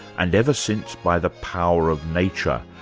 and ever since by the power of nature,